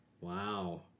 wow